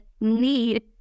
need